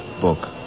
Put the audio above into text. book